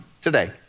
today